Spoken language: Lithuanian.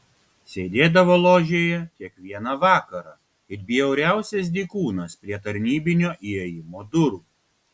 sėdėdavo ložėje kiekvieną vakarą it bjauriausias dykūnas prie tarnybinio įėjimo durų